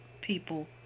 people